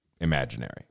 imaginary